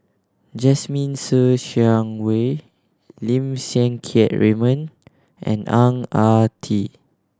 Jasmine Ser Xiang Wei Lim Siang Keat Raymond and Ang Ah Tee